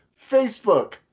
Facebook